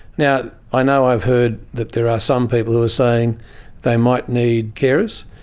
now, i know i've heard that there are some people who are saying they might need carers.